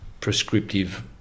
prescriptive